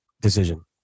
decision